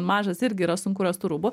mažas irgi yra sunku rast tų rūbų